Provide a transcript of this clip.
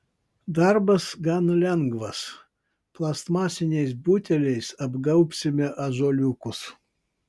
darbas gan lengvas plastmasiniais buteliais apgaubsime ąžuoliukus